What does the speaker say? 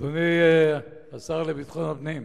אדוני השר לביטחון הפנים,